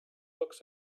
looks